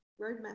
roadmap